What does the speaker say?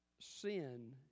Sin